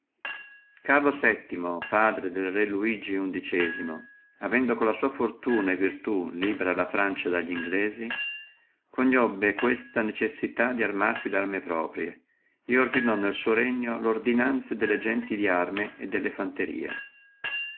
on arlo padre del re uigi avendo con la sua fortuna e virtù libera francia dalli inghilesi conobbe questa necessità di armarsi di arme proprie e ordinò nel suo regno lordinanza delle gente darme e delle fanterie